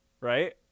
right